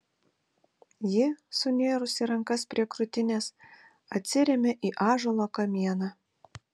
ji sunėrusi rankas prie krūtinės atsirėmė į ąžuolo kamieną